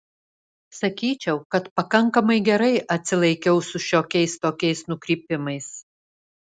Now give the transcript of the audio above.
sakyčiau kad pakankamai gerai atsilaikiau su šiokiais tokiais nukrypimais